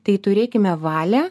tai turėkime valią